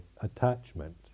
attachment